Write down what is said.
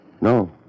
No